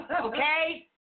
okay